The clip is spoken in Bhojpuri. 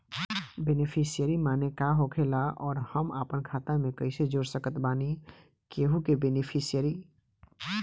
बेनीफिसियरी माने का होखेला और हम आपन खाता मे कैसे जोड़ सकत बानी केहु के बेनीफिसियरी?